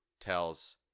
tells